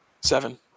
Seven